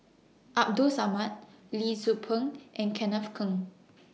Abdul Samad Lee Tzu Pheng and Kenneth Keng